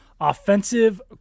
offensive